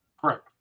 Correct